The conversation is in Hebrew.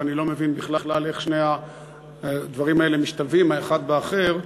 ואני לא מבין בכלל איך שני הדברים האלה משתלבים האחד באחר.